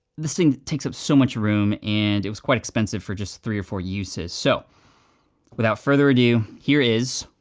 this thing takes up so much room, and it was quite expensive for just three or four uses, so without further ado here is